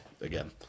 Again